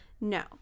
No